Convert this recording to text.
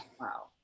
Wow